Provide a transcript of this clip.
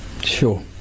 Sure